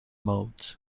modes